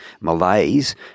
malaise